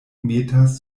metas